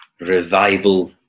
revival